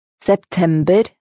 September